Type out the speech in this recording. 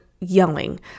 yelling